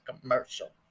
commercial